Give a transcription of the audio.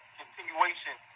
continuation